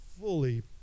fully